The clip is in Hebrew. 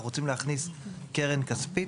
אנחנו רוצים להכניס קרן כספית.